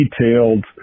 detailed